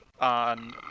on